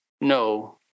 no